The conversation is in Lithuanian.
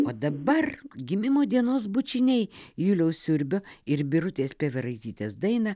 o dabar gimimo dienos bučiniai juliaus siurbio ir birutės pėveraitytės dainą